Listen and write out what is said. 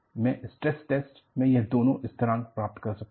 मैं stress test से यह दोनों स्थिरांक प्राप्त कर सकता हूं